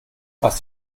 was